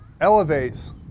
elevates